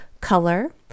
color